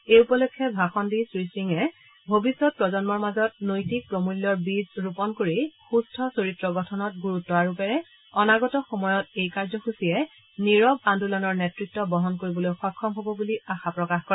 এই উপলক্ষে ভাষণ দি শ্ৰীসিঙে ভৱিষ্যৎ প্ৰজন্মৰ মাজত নৈতিক প্ৰমূল্যৰ বীজ ৰোপণ কৰি সুস্থ চৰিত্ৰ গঠনত গুৰুত্ব আৰোপেৰে অনাগত সময়ত এই কাৰ্যসূচীয়ে নীৰৱ আন্দোলনৰ নেত়ত্ব বহন কৰিবলৈ সক্ষম হ'ব বুলি আশা প্ৰকাশ কৰে